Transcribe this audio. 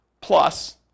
Plus